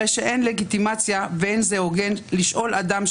הרי שאין לגיטימציה ואין זה הוגן לשאול אדם,